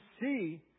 see